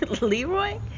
Leroy